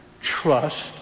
Trust